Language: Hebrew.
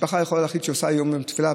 משפחה יכולה להחליט לעשות יום תפילה,